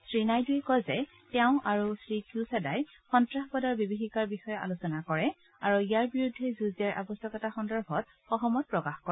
শ্ৰীনাইডুৱে কয় যে তেওঁ আৰু শ্ৰীকিউছাডাই সন্তাসবাদৰ বিভিষীকাৰ বিষয়ে আলোচনা কৰে আৰু ইয়াৰ বিৰুদ্ধে যুঁজ দিয়াৰ আৱশ্যকতা সন্দৰ্ভত সহমত প্ৰকাশ কৰে